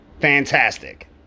Fantastic